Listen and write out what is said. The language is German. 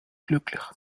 glücklich